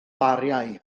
bariau